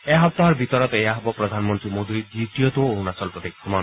এসপ্তাহৰ ভিতৰত এয়া হ'ব প্ৰধানমন্ত্ৰী মোডীৰ দ্বিতীয়টো অৰুণাচল প্ৰদেশ ভ্ৰমণ